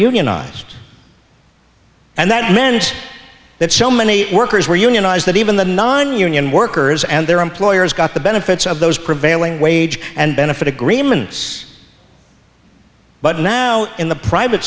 unionized and that meant that so many workers were unionized that even the nonunion workers and their employers got the benefits of those prevailing wage and benefit agreements but now in the private